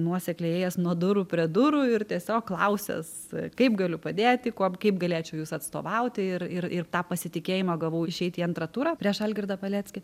nuosekliai ėjęs nuo durų prie durų ir tiesiog klausęs kaip galiu padėti kuo kaip galėčiau jus atstovauti ir ir ir tą pasitikėjimą gavau išeiti į antrą turą prieš algirdą paleckį